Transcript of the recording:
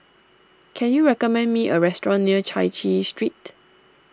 can you recommend me a restaurant near Chai Chee Street